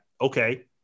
Okay